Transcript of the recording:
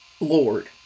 Lord